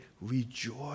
rejoice